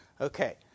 Okay